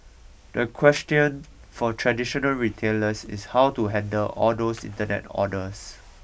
the question for traditional retailers is how to handle all those internet orders